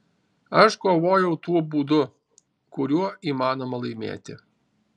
aš kovojau tuo būdu kuriuo įmanoma laimėti